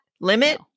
limit